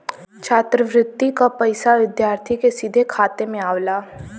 छात्रवृति क पइसा विद्यार्थी के सीधे खाते में आवला